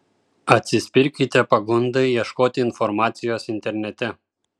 atsispirkite pagundai ieškoti informacijos internete